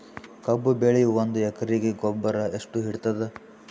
ಕಬ್ಬು ಬೆಳಿ ಒಂದ್ ಎಕರಿಗಿ ಗೊಬ್ಬರ ಎಷ್ಟು ಹಿಡೀತದ?